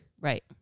right